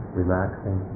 relaxing